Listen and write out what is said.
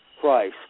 price